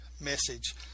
message